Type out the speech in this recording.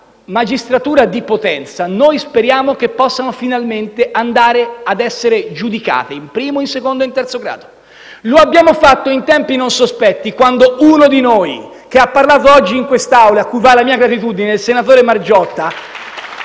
magistratura di Potenza possano finalmente essere emanate in primo, in secondo e in terzo grado. Lo abbiamo fatto in tempi non sospetti, quando uno di noi, che ha parlato oggi in quest'Aula e a cui va la mia gratitudine, il senatore Margiotta